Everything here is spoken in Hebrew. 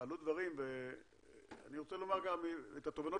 עלו דברים ואני רוצה לומר גם את התובנות